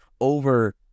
over